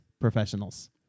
professionals